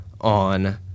on –